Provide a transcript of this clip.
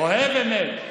אוהב אמת.